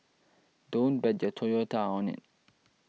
don't bet your Toyota on it